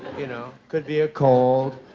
you know, could be a cold,